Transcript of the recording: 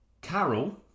Carol